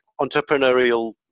entrepreneurial